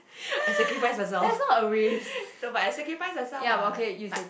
I sacrifice myself no but I sacrifice myself [what]